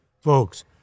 folks